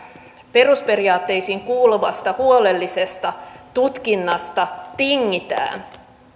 perusperiaatteisiin kuuluvasta huolellisesta tutkinnasta tingitään